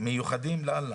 מיוחדים לאללה.